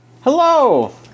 hello